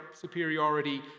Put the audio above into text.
superiority